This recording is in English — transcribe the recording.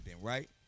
right